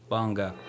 Bunga